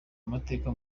amateka